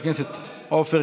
של קבוצת סיעת ישראל